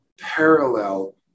parallel